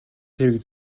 тэрэг